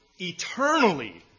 eternally